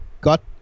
got